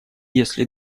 если